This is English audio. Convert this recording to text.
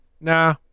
Nah